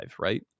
right